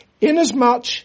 inasmuch